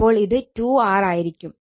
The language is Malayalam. അപ്പോൾ ഇത് 2 R ആയിരിക്കും